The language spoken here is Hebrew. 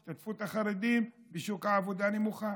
השתתפות החרדים בשוק העבודה נמוכה.